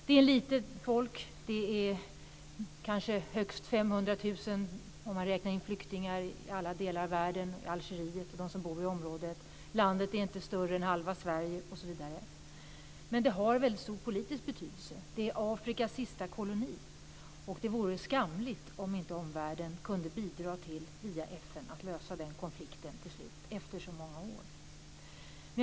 Det är ett litet folk, kanske högst 500 000 om man räknar in flyktingar i alla delar av världen, i Algeriet och de som bor i området, landet är inte större än halva Sverige osv. Men det har väldigt stor politisk betydelse. Det är Afrikas sista koloni, och det vore skamligt om inte omvärlden kunde bidra till att via FN lösa konflikten efter så många år.